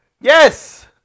Yes